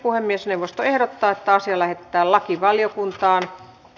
puhemiesneuvosto ehdottaa että asia lähetetään lakivaliokuntaan